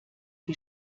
wie